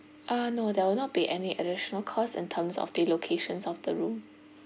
uh no there will not be any additional cost in terms of the locations of the room